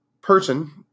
person